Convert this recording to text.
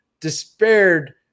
despaired